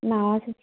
নাও আছে